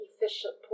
efficient